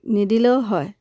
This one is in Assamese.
নিদিলেও হয়